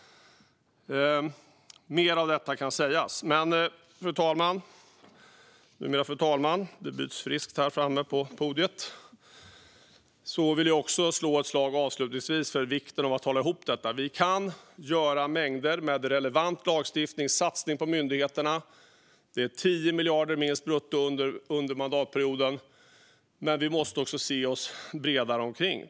Mer kan sägas, fru talman, men jag vill avslutningsvis slå ett slag för vikten av att hålla ihop detta. Vi kan göra mängder av relevant lagstiftning och satsningar på myndigheterna. Det handlar om minst 10 miljarder brutto under mandatperioden. Men vi måste också se oss vidare omkring.